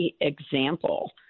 example